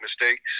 mistakes